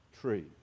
tree